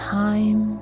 time